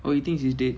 oh you think is dead